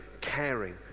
caring